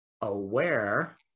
aware